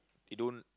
they don't